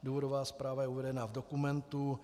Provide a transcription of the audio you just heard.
Důvodová zpráva je uvedena v dokumentu.